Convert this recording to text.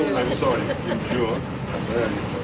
i'm sorry, in june. i'm very sorry,